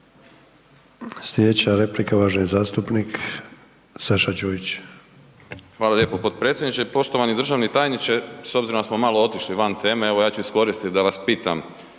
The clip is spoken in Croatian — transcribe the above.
Sljedeća replika, uvaženi zastupnik Saša Đujić. **Đujić, Saša (SDP)** Hvala lijepo potpredsjedniče. Poštovani državni tajniče, s obzirom da smo malo otišli van teme, evo ja ću iskoristiti da vas pitam